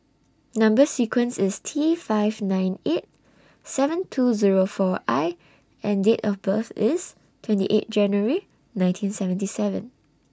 Number sequence IS T five nine eight seven two Zero four I and Date of birth IS twenty eight January nineteen seventy seven